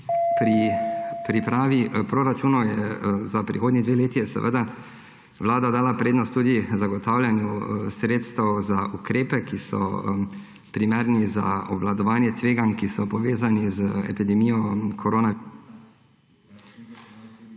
Pri pripravi proračunov za prihodnji dve leti je vlada dala prednost tudi zagotavljanju sredstev za ukrepe, ki so primerni za obvladovanje tveganj, ki so povezana z epidemijo …